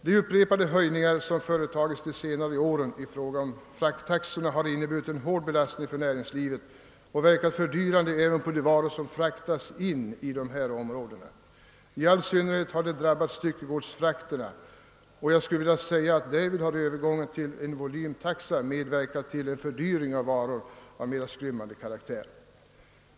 De upprepade höjningar som företagits de senaste åren i fråga om frakttaxorna har inneburit en hård belastning för näringslivet och verkat fördyrande även på de varor som fraktas in i dessa områden. I all synnerhet har detta drabbat styckegodsfrakterna, och därvid har Öövergången till volymtaxa medverkat till en fördyring av varor av skrymmande ka raktär.